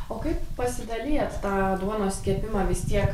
o kaip pasidalijat tą duonos kepimą vistiek